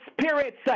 spirits